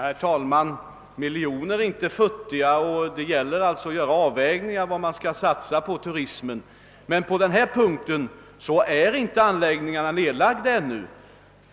Herr talman! Miljoner är inte futtiga, och det gäller att avväga hur mycket man skall satsa på turismen. De ifrågavarande anläggningarna är emellertid inte nedlagda ännu,